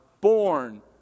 Born